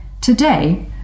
Today